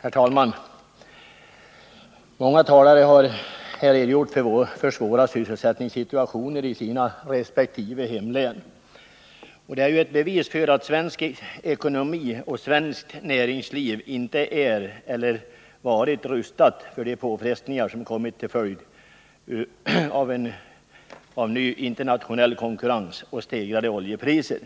Herr talman! Många talare har här redogjort för svåra sysselsättningssituationer i sina resp. hemlän. Det är ett bevis för att svensk ekonomi och svenskt näringsliv inte är eller har varit rustade för de påfrestningar som kommit till följd av ny internationell konkurrens och stegrade oljepriser.